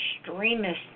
extremists